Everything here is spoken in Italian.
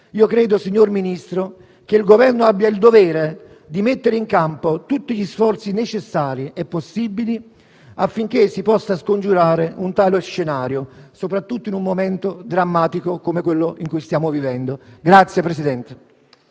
Credo, signor Ministro, che il Governo abbia il dovere di mettere in campo tutti gli sforzi necessari e possibili affinché si possa scongiurare un tale scenario, soprattutto in un momento drammatico come quello in cui stiamo vivendo. PRESIDENTE.